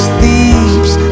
thieves